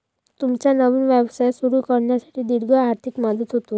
तुमचा नवीन व्यवसाय सुरू करण्यासाठी दीर्घ आर्थिक मदत होते